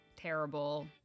terrible